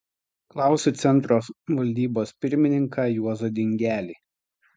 klausiu centro valdybos pirmininką juozą dingelį